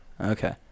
Okay